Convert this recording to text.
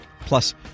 Plus